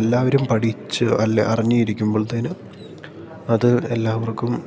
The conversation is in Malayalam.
എല്ലാവരും പഠിച്ച് അല്ലെ അറിഞ്ഞിരിക്കുമ്പോൾത്തേന് അത് എല്ലാവർക്കും